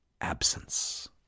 absence